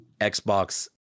Xbox